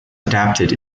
adapted